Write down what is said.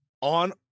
on